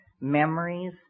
memories